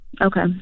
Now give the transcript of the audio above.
Okay